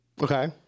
Okay